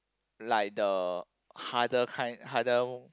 like the harder kind harder